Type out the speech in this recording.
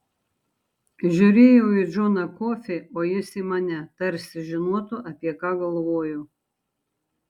žiūrėjau į džoną kofį o jis į mane tarsi žinotų apie ką galvoju